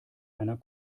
einer